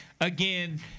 again